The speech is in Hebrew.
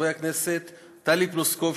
חברי הכנסת טלי פלוסקוב,